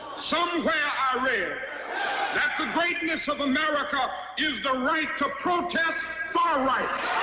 somewhere i read that the greatness of america is the right to protest for rights.